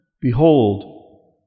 behold